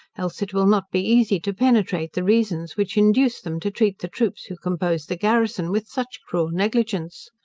else it will not be easy to penetrate the reasons which induce them to treat the troops who compose the garrison with such cruel negligence.